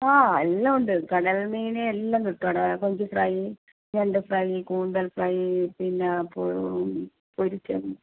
ആ എല്ലാം ഉണ്ട് കടൽ മീൻ എല്ലാം കിട്ടും അവിടെ കൊഞ്ച് ഫ്രൈ ഞണ്ട് ഫ്രൈ കൂന്തൽ ഫ്രൈ പിന്നെ പൊരിച്ച മീൻ